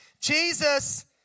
Jesus